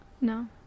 No